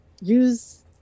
use